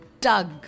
tug